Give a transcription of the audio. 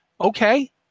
okay